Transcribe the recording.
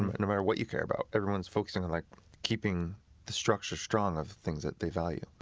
no matter what you care about, everyone's focusing on like keeping the structure strong of things that they value.